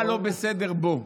מה לא בסדר בו.